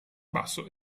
basso